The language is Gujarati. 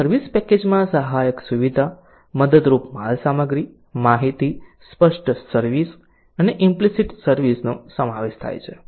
તેથી સર્વિસ પેકેજમાં સહાયક સુવિધા મદદરૂપ માલસામગ્રી માહિતી સ્પષ્ટ સર્વિસ અને ઈમ્પ્લીસિટ સર્વિસ નો સમાવેશ થાય છે